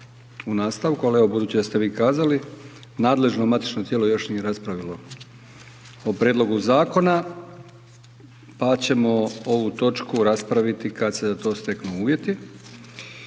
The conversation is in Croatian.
u nastavku, ali evo budući da ste vi kazali, nadležno matično tijelo još nije raspravilo o prijedlogu Zakona, pa ćemo ovu točku raspraviti kad se za to steknu uvjeti.